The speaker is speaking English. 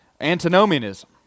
antinomianism